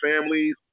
families